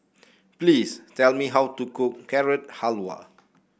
please tell me how to cook Carrot Halwa